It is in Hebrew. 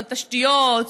על תשתיות,